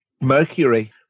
Mercury